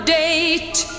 date